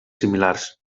similars